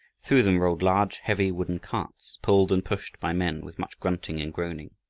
through them rolled large heavy wooden carts, pulled and pushed by men, with much grunting and groaning.